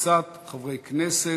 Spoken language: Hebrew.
וקבוצת חברי הכנסת.